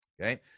Okay